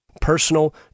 Personal